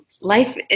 life